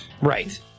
Right